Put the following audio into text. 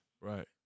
Right